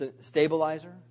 stabilizer